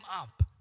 up